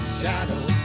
shadow